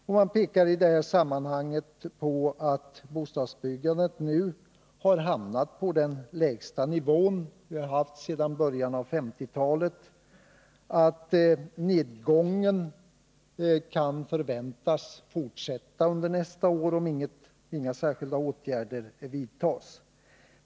Och man pekar i det sammanhanget på att bostadsbyggandet nu har hamnat på den lägsta nivån sedan början av 1950-talet och att nedgången kan förväntas fortsätta under nästa år om inga särskilda åtgärder vidtas.